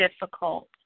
difficult